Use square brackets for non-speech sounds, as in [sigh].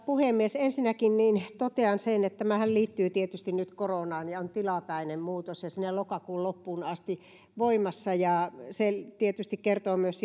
puhemies ensinnäkin totean sen että tämähän liittyy tietysti nyt koronaan ja on tilapäinen muutos ja on sinne lokakuun loppuun asti voimassa se tietysti kertoo myös [unintelligible]